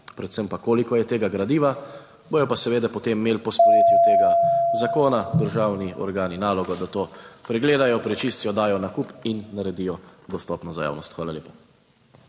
predvsem pa, koliko je tega gradiva, bodo pa seveda potem imeli po sprejetju tega zakona državni organi nalogo, da to pregledajo, prečistijo, dajo na kup in naredijo dostopno za javnost. Hvala lepa.